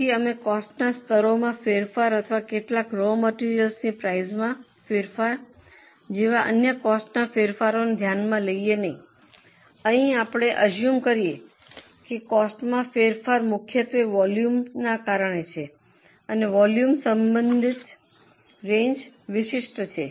તેથી અમે કોસ્ટના સ્તરોમાં ફેરફાર અથવા કેટલાક રો મટેરીઅલની પ્રાઇસમાં ફેરફાર જેવા અન્ય કોસ્ટના ફેરફારોને ધ્યાનમાં લઈએ નહીં અહીં આપણે અઝુમ કરીયે છીએ કે કોસ્ટમાં ફેરફાર મુખ્યત્વે વોલ્યુમના કારણે છે અને વોલ્યુમની સંબંધિત રેન્જ વિશિષ્ટ છે